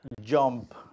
jump